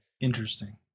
Interesting